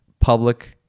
public